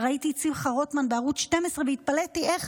ראיתי את שמחה רוטמן בערוץ 12 והתפלאתי איך